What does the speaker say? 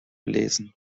lesen